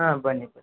ಹಾಂ ಬನ್ನಿ